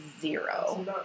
zero